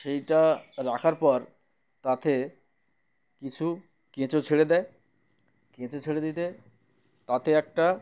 সেইটা রাখার পর তাতে কিছু কেঁচো ছেড়ে দেয় কেঁচো ছেড়ে দিতে তাতে একটা